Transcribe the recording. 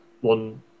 one